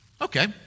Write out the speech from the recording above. Okay